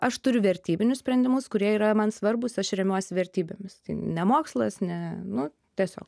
aš turiu vertybinius sprendimus kurie yra man svarbūs aš remiuosi vertybėmis ne mokslas ne nu tiesiog